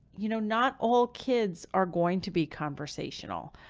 you know, not all kids are going to be conversational.